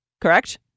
correct